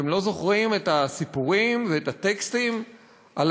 אתם לא זוכרים את הסיפורים ואת הטקסטים על